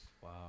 Wow